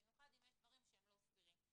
במיוחד אם יש דברים שהם לא סבירים.